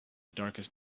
darkest